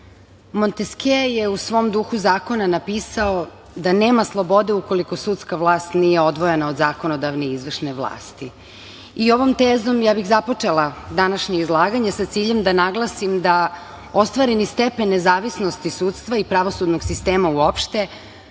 Monteskje je u svom duhu zakona napisao da nema slobode ukoliko sudska vlast nije odvojena od zakonodavne i izvršne vlasti. Ovom tezom bih započela današnje izlaganje sa ciljem da naglasim da ostvareni stepen nezavisnosti sudstva i pravosudnog sistema uopšte